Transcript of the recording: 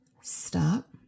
stop